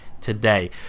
today